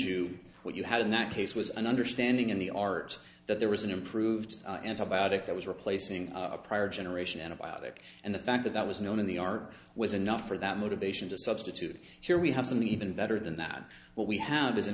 sensu what you had in that case was an understanding in the art that there was an improved antibiotic that was replacing a prior generation antibiotic and the fact that that was known in the r was enough for that motivation to substitute here we have something even better than that what we have is an